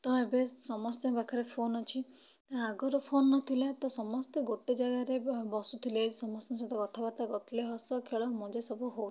ତ ଏବେ ସମସ୍ତିଙ୍କ ପାଖରେ ଫୋନ୍ ଅଛି ଆଗରୁ ଫୋନ୍ ନଥିଲା ତ ସମସ୍ତେ ଗୋଟେ ଜାଗାରେ ବ ବସୁଥିଲେ ସମସ୍ତଙ୍କ ସହିତ କଥାବାର୍ତ୍ତା କରୁଥିଲେ ହସ ଖେଳ ମଜା ସବୁ ହେଉଥିଲା